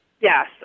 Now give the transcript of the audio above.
Yes